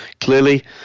clearly